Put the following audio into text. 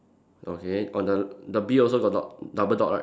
okay on the the B also got dot double dot right